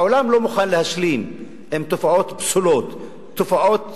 העולם לא מוכן להשלים עם תופעות פסולות, תופעות